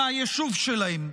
מהיישוב שלהם.